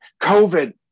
COVID